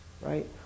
Right